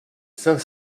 cinq